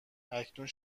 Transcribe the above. اکنون